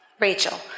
Rachel